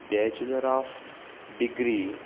bachelor of degree